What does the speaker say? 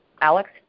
Alex